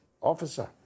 officer